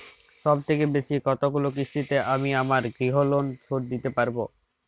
সবথেকে বেশী কতগুলো কিস্তিতে আমি আমার গৃহলোন শোধ দিতে পারব?